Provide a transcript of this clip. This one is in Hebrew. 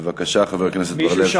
בבקשה, חבר הכנסת עמר בר-לב.